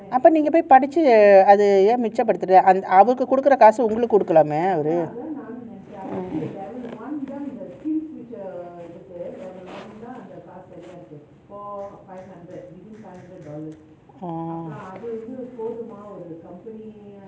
அப்போ நீங்க பொயி படிக்சு அது ஏன் மிச்ச படுதல அவங்களுக்கு குடுக்குற காச உங்களுக்கு குடுக்கலாமே:appo neenga poi padichu atha yen micha paduthala avanagaluku kudukura kaasa ungalauku kudukalaame orh